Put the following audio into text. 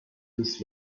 des